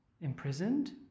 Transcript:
Imprisoned